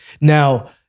now